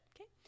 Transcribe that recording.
Okay